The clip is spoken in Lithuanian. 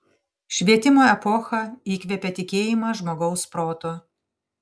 švietimo epocha įkvėpė tikėjimą žmogaus protu